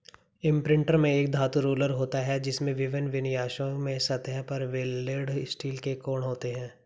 imprinter में एक धातु रोलर होता है, जिसमें विभिन्न विन्यासों में सतह पर वेल्डेड स्टील के कोण होते हैं